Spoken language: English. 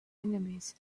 enemies